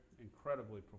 incredibly